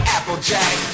Applejack